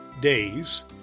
days